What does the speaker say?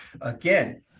again